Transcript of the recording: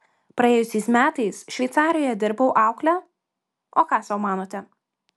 praėjusiais metais šveicarijoje dirbau aukle o ką sau manote